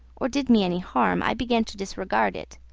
or did me any harm, i began to disregard it,